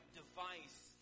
device